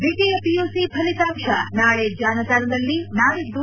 ದ್ವೀತಿಯಪಿಯುಸಿ ಫಲಿತಾಂಶ ನಾಳೆ ಜಾಲತಾಣದಲ್ಲಿ ನಾಡಿದ್ದು